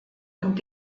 und